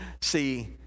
See